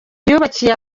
yubakiwe